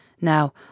Now